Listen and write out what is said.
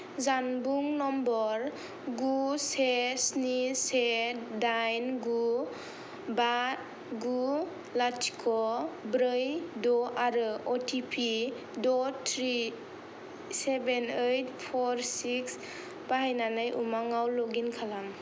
जानबुं नम्बर गु से स्नि से दाइन गु बा गु लाथिख' ब्रै द' आरो अ टि पि द' three seven eight four six बाहायनानै उमांआव लगइन खालाम